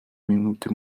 minute